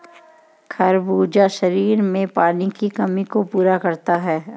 खरबूजा शरीर में पानी की कमी को पूरा करता है